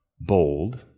bold